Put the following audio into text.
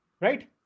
right